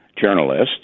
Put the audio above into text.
journalists